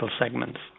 segments